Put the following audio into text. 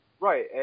Right